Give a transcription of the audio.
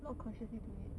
not consciously doing it